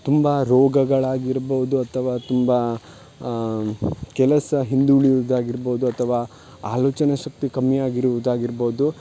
ತುಂಬ ರೋಗಗಳಾಗಿರ್ಬೌದು ಅಥವಾ ತುಂಬ ಕೆಲಸ ಹಿಂದುಳಿಯುದಾಗಿರ್ಬೌದು ಅಥವಾ ಆಲೋಚನಾಶಕ್ತಿ ಕಮ್ಮಿ ಆಗಿರುವುದಾಗಿರ್ಬೌದು